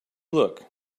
look